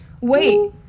wait